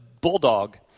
bulldog